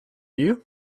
you